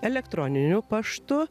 elektroniniu paštu